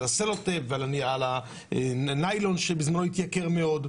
סלוטייפ ועל הניילון שבזמנו התייקר מאוד.